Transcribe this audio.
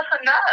enough